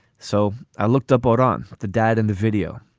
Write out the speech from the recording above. so i looked up on the dad and the video.